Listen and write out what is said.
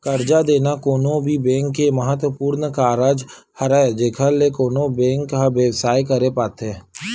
करजा देना कोनो भी बेंक के महत्वपूर्न कारज हरय जेखर ले कोनो बेंक ह बेवसाय करे पाथे